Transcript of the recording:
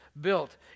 built